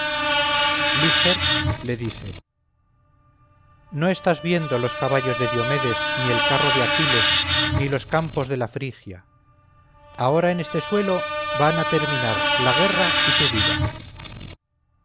liger le dice no estás viendo los caballos de diomedes ni el carro de aquiles ni los campos de la frigia ahora en este suelo van a terminar la guerra y tu vida